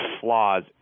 flaws